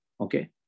okay